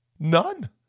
None